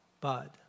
Bud